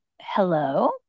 hello